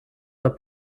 are